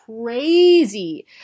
crazy